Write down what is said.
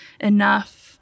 enough